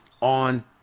on